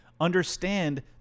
understand